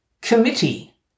Committee